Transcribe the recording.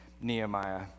Nehemiah